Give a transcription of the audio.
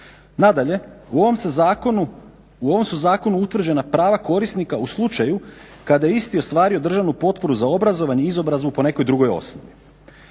Nadalje, u ovom su zakonu utvrđena prava korisnika u slučaju kada isti ostvaruju državnu potporu za obrazovanje, izobrazbu po nekoj drugoj osnovi.